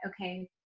okay